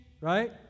right